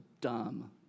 dumb